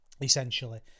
essentially